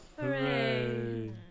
Hooray